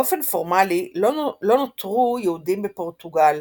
באופן פורמלי לא נותרו יהודים בפורטוגל,